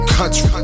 Country